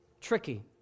tricky